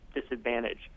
disadvantage